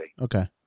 Okay